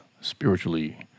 spiritually